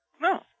No